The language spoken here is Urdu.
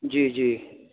جی جی